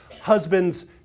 husband's